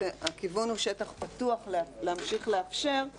הכיוון הוא להמשיך לאפשר שטח פתוח,